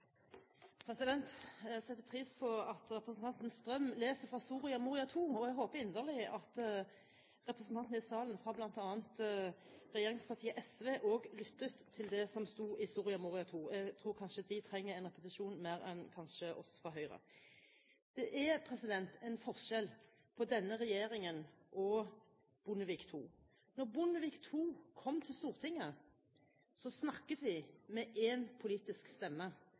minutt. Jeg setter pris på at representanten Strøm leser fra Soria Moria II – og jeg håper inderlig at representantene i salen fra bl.a. regjeringspartiet SV også lyttet til det som sto i Soria Moria II. Jeg tror kanskje de trenger en repetisjon mer enn vi fra Høyre. Det er en forskjell mellom denne regjeringen og Bondevik II-regjeringen. Da Bondevik II-regjeringen kom til Stortinget, snakket den med én politisk stemme,